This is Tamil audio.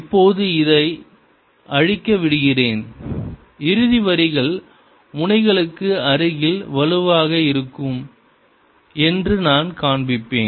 இப்போது இதை அழிக்க விடுகிறேன் இறுதி வரிகள் முனைகளுக்கு அருகில் வலுவாக இருக்கும் என்று நான் காண்பிப்பேன்